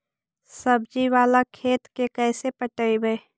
सब्जी बाला खेत के कैसे पटइबै?